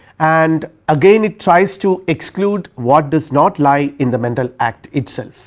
and again it tries to exclude what does not lie in the mental act itself,